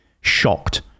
shocked